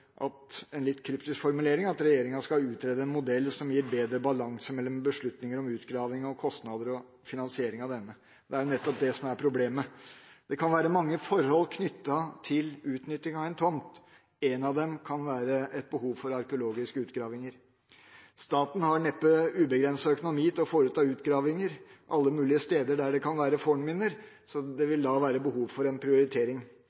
en litt kryptisk formulering at regjeringa skal utrede en modell som gir bedre balanse mellom beslutningen om utgraving og kostnader og finansiering av denne. Det er nettopp det som er problemet. Det kan være mange forhold knyttet til utnyttingen av en tomt, ett av dem kan være behovet for arkeologiske utgravinger. Staten har neppe ubegrenset økonomi til å foreta utgravinger alle mulige steder der det kan være fornminner. Det vil da være behov for en prioritering.